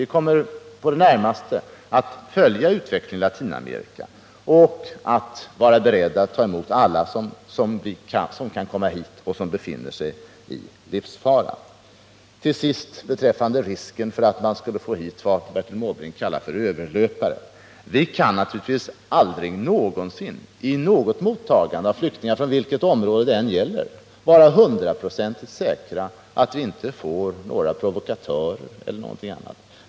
Vi kommer under den närmaste tiden att följa utvecklingen i Latinamerika och vara beredda att ta emot alla som kan komma hit och som befinner sig i livsfara. Till sist beträffande risken för att vi skulle få hit vad Bertil Måbrink kallar överlöpare: Vi kan naturligtvis aldrig någonsin vid något mottagande av flyktingar — från vilket område det än gäller — vara hundraprocentigt säkra på att inte få hit några provokatörer e. d.